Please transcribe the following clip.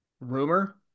rumor